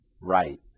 Right